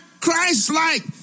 Christ-like